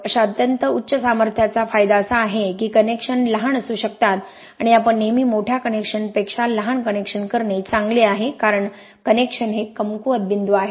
अशा अत्यंत उच्च सामर्थ्याचा फायदा असा आहे की कनेक्शन लहान असू शकतात आणि आपण नेहमी मोठ्या कनेक्शनपेक्षा लहान कनेक्शन करणे चांगले आहे कारण कनेक्शन हे कमकुवत बिंदू आहेत